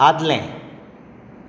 आदलें